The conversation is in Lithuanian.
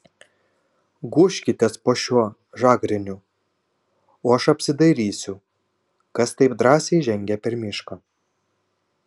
gūžkitės po šiuo žagreniu o aš apsidairysiu kas taip drąsiai žengia per mišką